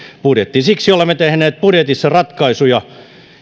budjettiin siksi olemme tehneet budjetissa ratkaisuja